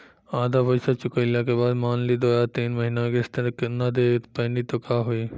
आधा पईसा चुकइला के बाद मान ली दो या तीन महिना किश्त ना दे पैनी त का होई?